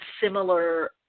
similar